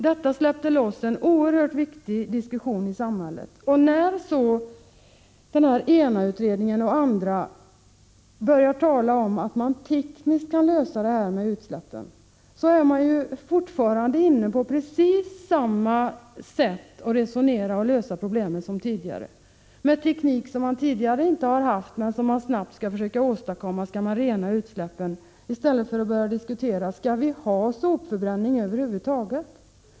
Detta släppte loss en oerhört viktig diskussion i samhället, men när så ENA-utredningen och andra börjar tala om att man tekniskt kan lösa problemet med utsläppen är man fortfarande inne på precis samma sätt att resonera som tidigare. Med teknik som man tidigare inte har haft men som man snabbt skall försöka åstadkomma skall man rena utsläppen. I stället borde man diskutera om vi skall ha sopförbränning över huvud taget.